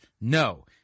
No